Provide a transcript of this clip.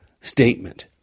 statement